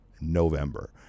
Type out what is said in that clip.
November